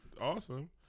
awesome